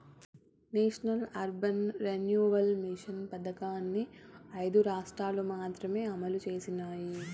national urban renewal mission పథకంని ఐదు రాష్ట్రాలు మాత్రమే అమలు చేసినాయి